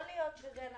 יכול להיות שזה נכון,